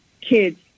kids